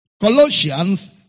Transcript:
Colossians